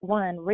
one